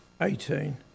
eighteen